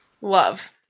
Love